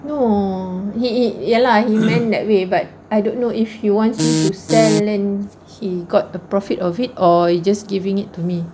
no he he ya lah he meant that way but I don't know if he wants me to sell it he got the profit of it or he just giving it to me